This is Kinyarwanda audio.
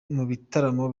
bitaramo